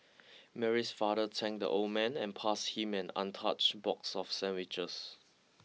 Mary's father thanked the old man and passed him an untouched box of sandwiches